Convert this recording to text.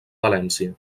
valència